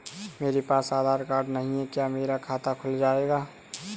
मेरे पास आधार कार्ड नहीं है क्या मेरा खाता खुल जाएगा?